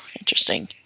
interesting